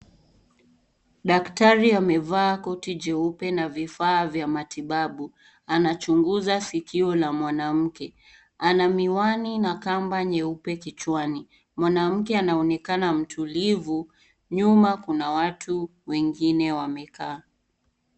Daktari amevaa koti jeupe na vifaa vya matibabu anachunguza sikio la mwanamke ana miwani na kamba nyeupe kichwani. Mwanamke anaonekana mtulivu, nyuma kuna watu wengine wamekaa.